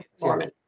mormon